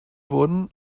wurden